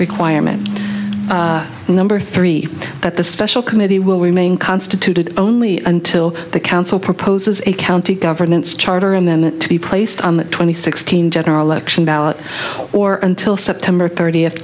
requirement number three that the special committee will remain constituted only until the council proposes a county governance charter and then to be placed on the twenty six thousand general election ballot or until september thirtieth